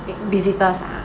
vi~ visitors lah